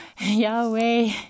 Yahweh